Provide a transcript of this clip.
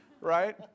right